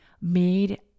made